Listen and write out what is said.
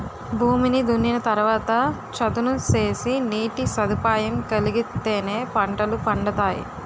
భూమిని దున్నిన తరవాత చదును సేసి నీటి సదుపాయం కలిగిత్తేనే పంటలు పండతాయి